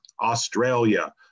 Australia